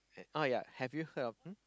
oh ya have you heard of um